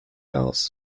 aus